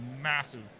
massive